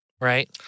right